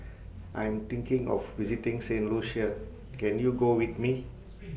I Am thinking of visiting Saint Lucia Can YOU Go with Me